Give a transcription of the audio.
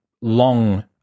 long